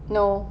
no